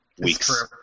weeks